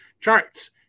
charts